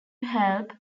help